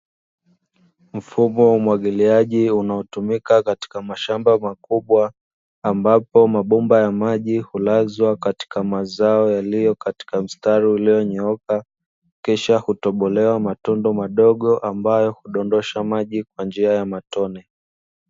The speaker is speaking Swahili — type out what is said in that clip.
Mfumo wa umwagiliaji unaotumika katika mashamba makubwa ambapo mabomba ya maji hulazwa katika mazao yaliyo katika mstari ulionyooka, kisha hutobolewa matundu madogo ambayo hudondosha maji kwa njia ya matone.